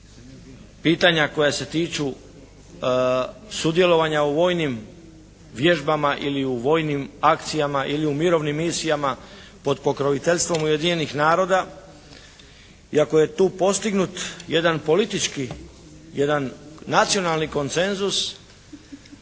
pitanja koja se tiču sudjelovanja u vojnim vježbama ili u vojnim akcijama ili u mirovnim misijama pod pokroviteljstvom Ujedinjenih naroda i ako je tu postignut jedan politički, jedan nacionalni konsenzus